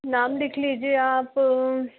नाम लिख लीजिए आप